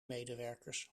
medewerkers